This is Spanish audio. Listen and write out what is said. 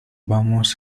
vamos